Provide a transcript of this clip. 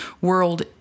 world